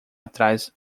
atrás